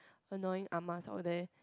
annoying Ah-Mas out there